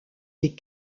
des